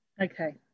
okay